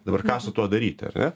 dabar ką su tuo daryti ar ne